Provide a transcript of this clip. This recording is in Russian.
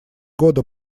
года